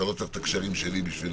אתה לא צריך את הקשרים שלי בשביל